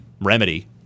remedy